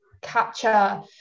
capture